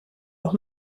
los